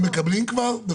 הם מקבלים כבר בפועל?